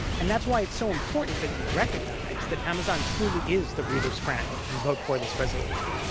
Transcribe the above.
and that's why it's so important that you recognize that amazon truly is the reader's friend and vote for this resolution.